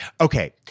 okay